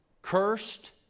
Cursed